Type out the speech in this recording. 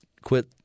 quit